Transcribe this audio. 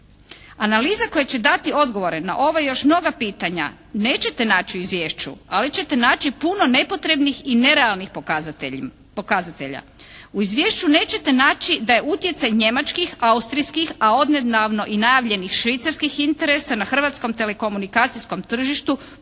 Analiza koja će dati odgovore na ova i još mnoga pitanja nećete naći u izvješću, ali ćete naći puno nepotrebnih i nerealnih pokazatelja. U izvješću nećete naći da je utjecaj njemačkih, austrijskih, a odnedavno i najavljenih švicarskih interesa na hrvatskom telekomunikacijskom tržištu potpuno